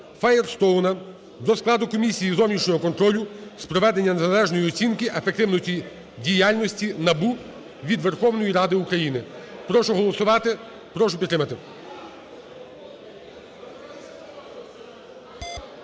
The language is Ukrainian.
Файєрстоуна до складу комісії зовнішнього контролю з проведення незалежної оцінки ефективності діяльності НАБУ від Верховної Ради України. Прошу голосувати, прошу підтримати.